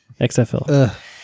XFL